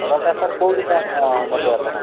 ଅର୍ଡର୍ଟା sir କେଉଁଦିନ ନେବେ ଆପଣ